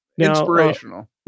Inspirational